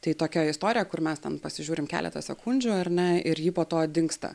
tai tokia istorija kur mes ten pasižiūrim keletą sekundžių ar ne ir ji po to dingsta